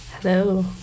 Hello